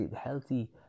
healthy